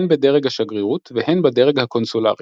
הן בדרג השגרירות והן בדרג הקונסולרי.